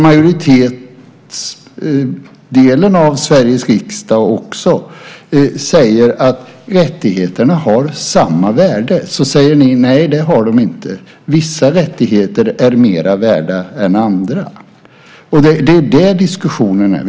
Majoriteten av Sveriges riksdag säger att rättigheterna har samma värde. Där säger ni: Nej, det har de inte. Vissa rättigheter är mer värda än andra. Det är vad diskussionen handlar om.